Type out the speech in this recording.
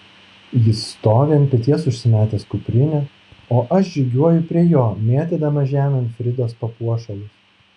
jis stovi ant peties užsimetęs kuprinę o aš žygiuoju prie jo mėtydama žemėn fridos papuošalus